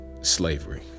Slavery